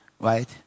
right